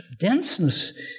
denseness